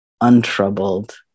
untroubled